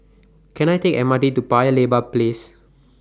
Can I Take The M R T to Paya Lebar Place